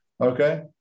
Okay